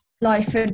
life